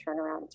turnaround